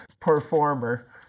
performer